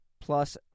plus